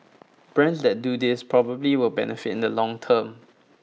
brands that do this properly will benefit in the long term